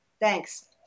Thanks